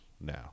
now